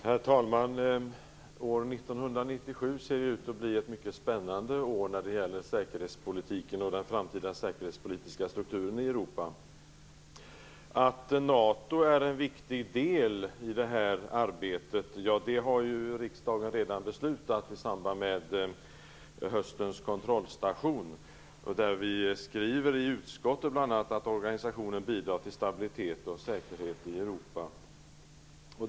Herr talman! År 1997 ser ut att bli ett mycket spännande år när det gäller säkerhetspolitiken och den framtida säkerhetspolitiska strukturen i Europa. Att NATO är en viktig del i det här arbetet har riksdagen redan beslutat i samband med höstens kontrollstation. Vi skriver i utskottet bl.a. att organisationen bidrar till stabilitet och säkerhet i Europa.